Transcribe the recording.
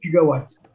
gigawatts